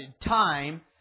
time